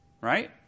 right